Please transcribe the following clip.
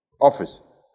office